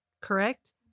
correct